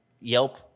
Yelp